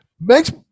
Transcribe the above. makes